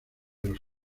los